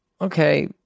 okay